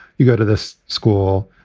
you go to this school,